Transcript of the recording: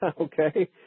okay